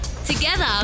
Together